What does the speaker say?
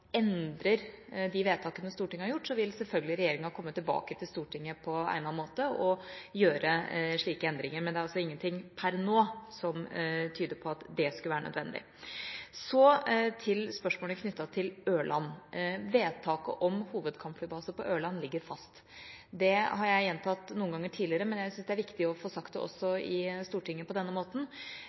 endrer de vedtakene Stortinget har gjort, vil regjeringa selvfølgelig komme tilbake til Stortinget på egnet måte og foreslå slike endringer. Men det er ingenting per nå som tyder på at det skulle være nødvendig. Så til spørsmålet knyttet til Ørland: Vedtaket om hovedkampflybase på Ørland ligger fast. Det har jeg gjentatt noen ganger tidligere, men jeg syns det er viktig også å få sagt det på denne måten i Stortinget.